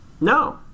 No